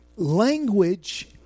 Language